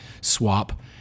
swap